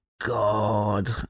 God